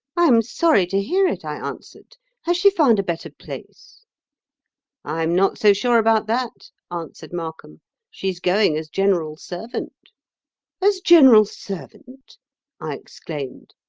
i am sorry to hear it i answered has she found a better place i am not so sure about that answered markham she's going as general servant as general servant i exclaimed.